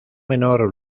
menor